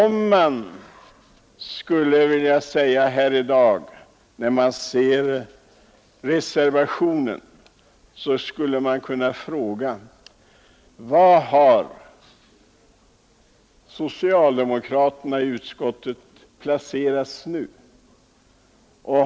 Men när man ser en av reservationerna skulle man vilja fråga: Var har socialdemokraterna i utskottet placerats nu?